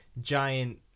giant